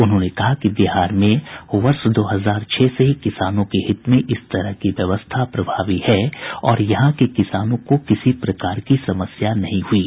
उन्होंने कहा कि बिहार में वर्ष दो हजार छह से ही किसानों के हित में इस तरह की व्यवस्था प्रभावी है और यहां के किसानों को किसी प्रकार की समस्या नहीं हुयी